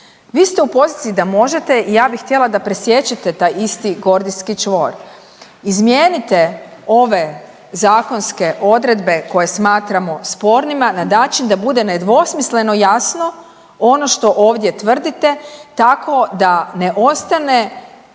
Vi ste u poziciji da možete, ja bih htjela da presiječete taj isti gordijski čvor. Izmijenite ove zakonske odredbe koje smatramo spornima na način da bude nedvosmisleno jasno ono što ovdje tvrdite tako da ne ostane